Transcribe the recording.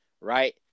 right